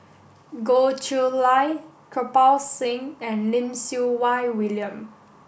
Goh Chiew Lye Kirpal Singh and Lim Siew Wai William